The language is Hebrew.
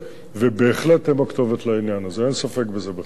ובהחלט, הם הכתובת לעניין הזה, אין ספק בזה בכלל.